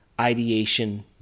ideation